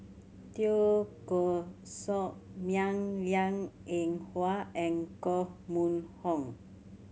Teo Koh Sock Miang Liang Eng Hwa and Koh Mun Hong